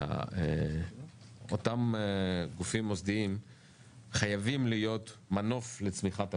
שאותם גופים מוסדיים חייבים להיות מנוף לצמיחת המשק,